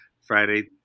Friday